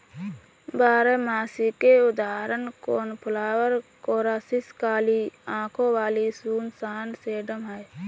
बारहमासी के उदाहरण कोर्नफ्लॉवर, कोरॉप्सिस, काली आंखों वाली सुसान, सेडम हैं